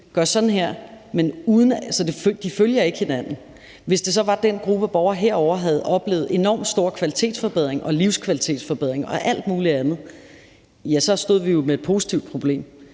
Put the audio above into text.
og de ting ikke følger hinanden. Hvis det var sådan, at en gruppe borgere havde oplevet enormt store kvalitetsforbedringer og livskvalitetsforbedringer og alt muligt andet, så stod vi jo med et positivt problem.